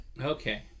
okay